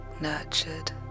nurtured